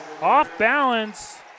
off-balance